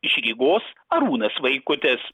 iš rygos arūnas vaikutis